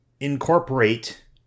incorporate